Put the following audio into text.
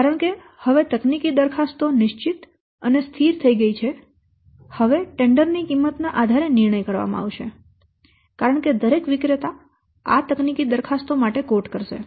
કારણ કે હવે તકનીકી દરખાસ્તો નિશ્ચિત અને સ્થિર થઈ ગઈ છે હવે ટેન્ડર ની કિંમતના આધારે નિર્ણય કરવામાં આવશે કારણ કે દરેક વિક્રેતા આ તકનીકી દરખાસ્તો માટે કવોટ કરશે